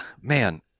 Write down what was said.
Man